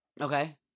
Okay